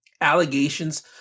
allegations